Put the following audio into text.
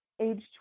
Age